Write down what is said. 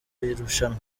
irushanwa